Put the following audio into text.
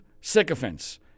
sycophants